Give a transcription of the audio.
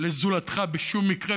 לזולתך בשום מקרה,